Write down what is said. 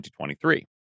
2023